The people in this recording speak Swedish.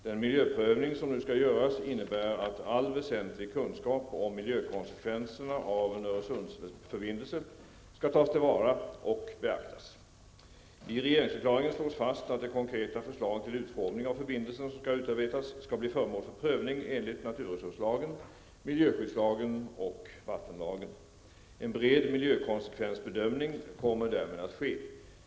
Den miljöprövning som nu skall göras innebär att all väsentlig kunskap om miljökonsekvenserna av en Öresundsförbindelse skall tas till vara och beaktas. I regeringsförklaringen slås fast att det konkreta förslag till utformning av förbindelsen som skall utarbetas skall bli föremål för prövning enligt naturresurslagen, miljöskyddslagen och vattenlagen. En bred miljökonsekvensbedömning kommer därmed att ske.